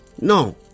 No